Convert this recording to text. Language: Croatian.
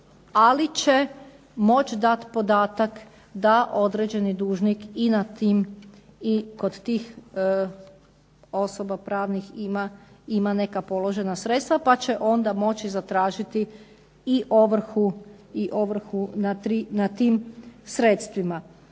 ali će moći dat podatak da određeni dužnik i na tim i kod tih osoba pravnih ima neka položena sredstva, pa će onda moći zatražiti i ovrhu na tim sredstvima.